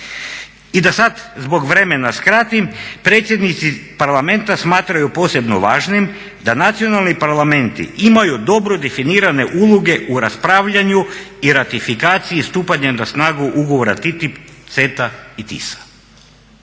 I da sad zbog vremena skratim, predsjednici parlamenata smatraju posebno važnim da nacionalni parlamenti imaju dobro definirane uloge u raspravljanju i ratifikaciji stupanja na snagu ugovora TTIP, CETA i TISA.